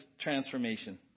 transformation